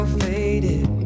faded